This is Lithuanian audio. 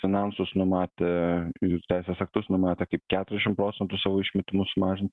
finansus numatė ir teisės aktus numatė kaip keturiasdešim procentų savo išmetimų sumažint